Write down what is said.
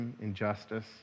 injustice